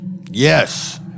Yes